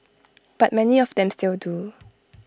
but many of them still do